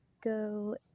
go